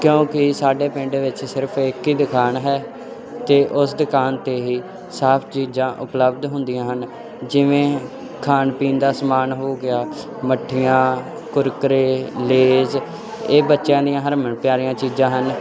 ਕਿਉਂਕਿ ਸਾਡੇ ਪਿੰਡ ਵਿੱਚ ਸਿਰਫ ਇੱਕ ਹੀ ਦੁਕਾਨ ਹੈ ਅਤੇ ਉਸ ਦੁਕਾਨ 'ਤੇ ਹੀ ਸਾਫ ਚੀਜ਼ਾਂ ਉਪਲਬਧ ਹੁੰਦੀਆਂ ਹਨ ਜਿਵੇਂ ਖਾਣ ਪੀਣ ਦਾ ਸਮਾਨ ਹੋ ਗਿਆ ਮੱਠੀਆਂ ਕੁਰਕਰੇ ਲੇਜ ਇਹ ਬੱਚਿਆਂ ਦੀਆਂ ਹਰਮਨ ਪਿਆਰਿਆਂ ਚੀਜ਼ਾਂ ਹਨ